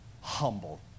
humble